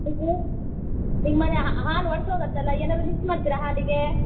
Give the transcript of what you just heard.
ಇದು ನಿಮ್ಮನೆ ಹಾ ಹಾಲು ಒಡ್ದು ಹೋಗುತ್ತಲ ಏನಾರೂ ಮಿಕ್ಸ್ ಮಾಡ್ತೀರಾ ಹಾಲಿಗೆ